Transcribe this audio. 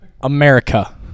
America